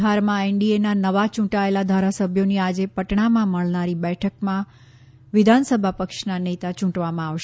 બિહારમાં એનડીએના નવા ચૂંટાયેલા ધારાસભ્યોની આજે પટણામાં મળનારી બેઠકમાં વિધાનસભા પક્ષના નેતા ચૂંટવામાં આવશે